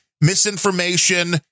misinformation